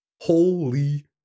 Holy